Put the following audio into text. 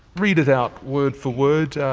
read it out word-for-word,